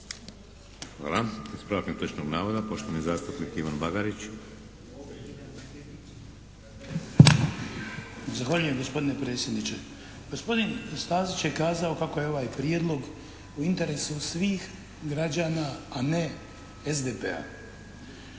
Hvala. Ispravak netočnog navoda poštovani zastupnik Ivan Bagarić. **Bagarić, Ivan (HDZ)** Zahvaljujem gospodine predsjedniče. Gospodin Stazić je kazao kako je ovaj prijedlog u interesu svih građana a ne SDP-a.